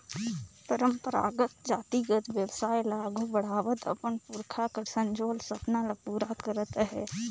परंपरागत जातिगत बेवसाय ल आघु बढ़ावत अपन पुरखा कर संजोल सपना ल पूरा करत अहे